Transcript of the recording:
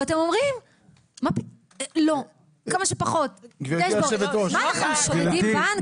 ואתם אומרים לא, כמה שפחות, מה אנחנו שודדים בנק?